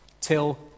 till